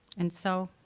and so,